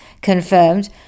confirmed